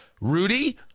Rudy